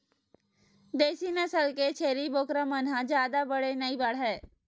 देसी नसल के छेरी बोकरा मन ह जादा बड़े नइ बाड़हय